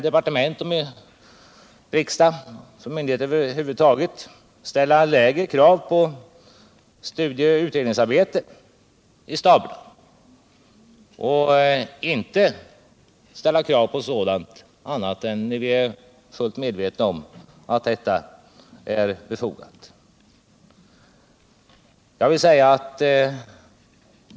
Departement och riksdag och myndigheter över huvud taget får ställa lägre krav på studieoch utredningsarbetet i staberna och inte begära sådant annat än när vi är fullt medvetna om att det är befogat.